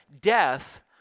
death